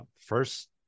first